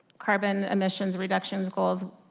carbon emissions reductions goals,